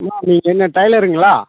அம்மா நீங்கள் என்ன டைலருங்களா